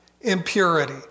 impurity